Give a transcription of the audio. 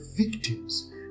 victims